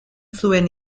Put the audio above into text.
zuen